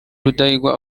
rudahigwa